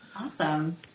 Awesome